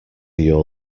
your